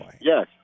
yes